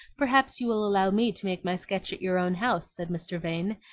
perhaps you will allow me to make my sketch at your own house, said mr. vane,